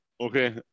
okay